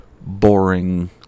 boring